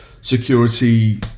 security